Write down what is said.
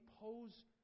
pose